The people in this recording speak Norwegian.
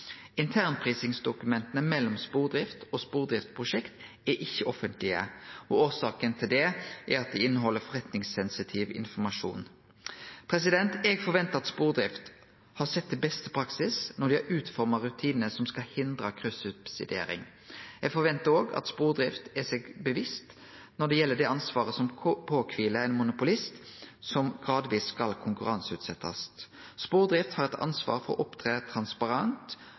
ikkje offentlege. Årsaka til det er at dei inneheld forretningssensitiv informasjon. Eg forventar at Spordrift har sett til beste praksis når dei har utforma rutinane som skal hindre kryssubsidiering. Eg forventar òg at Spordrift er seg bevisst når det gjeld det ansvaret som kviler på ein monopolist som gradvis skal konkurranseutsetjast. Spordrift har ansvar for å opptre